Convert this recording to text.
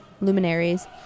Luminaries